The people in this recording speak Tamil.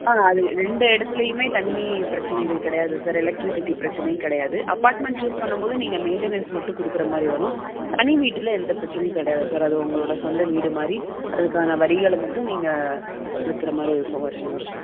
அது ரெண்டு இடத்துலையுமே தண்ணி பிரச்சினைகள் கிடையாது சார் எலெக்ட்ரிசிட்டி பிரச்சினையும் கிடையாது அப்பார்ட்மெண்ட் சூஸ் பண்ணும் போது நீங்கள் மெயின்டனன்ஸ் மட்டும் கொடுக்குற மாதிரி வரும் தனி வீட்டில் எந்த பிரச்சினையும் கிடையாது சார் அது உங்களோடய சொந்த வீடு மாதிரி அதுக்கான வரிகளை மட்டும் நீங்கள் செலுத்துகிற மாதிரி இருக்கும் வருஷா வருஷம்